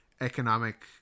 economic